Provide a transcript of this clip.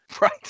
Right